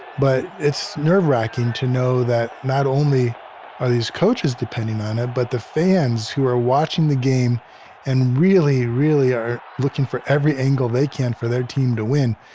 but it's nerve racking to know that not only are these coaches depending on it, but the fans who are watching the game and really, really are looking for every angle they can for their team to win,